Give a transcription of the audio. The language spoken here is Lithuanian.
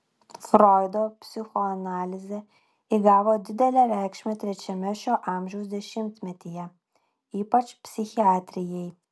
froido psichoanalizė įgavo didelę reikšmę trečiame šio amžiaus dešimtmetyje ypač psichiatrijai